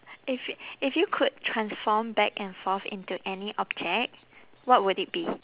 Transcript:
if y~ if you could transform back and forth into any object what would it be